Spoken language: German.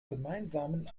gemeinsamen